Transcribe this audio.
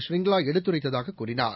ஷிரிங்வாஎடுத்துரைத்ததாககூறினார்